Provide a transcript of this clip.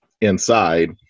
inside